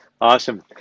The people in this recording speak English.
Awesome